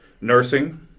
nursing